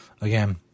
again